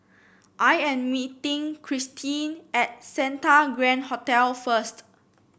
I am meeting Kirstie at Santa Grand Hotel first